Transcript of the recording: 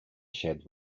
shed